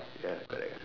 ya correct